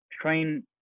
train